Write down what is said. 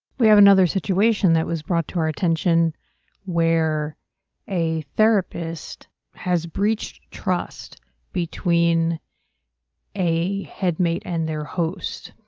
we have another situation that was brought to our attention where a therapist has breached trust between a headmate and their host,